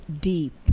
deep